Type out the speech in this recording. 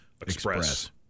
express